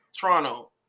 Toronto